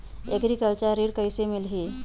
Agriculture ऋण कइसे मिलही?